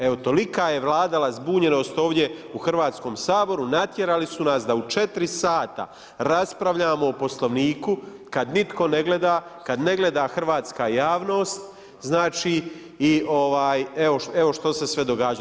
Evo tolika je vladala zbunjenost ovdje u Hrvatskom saboru, natjerali su nas da u četiri sata raspravljamo o Poslovniku kad nitko ne gleda, kad ne gleda hrvatska javnost, znači i evo što se sve događalo.